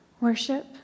worship